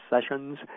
sessions